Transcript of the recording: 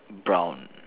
brown